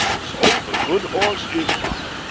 so, the good horse is mine.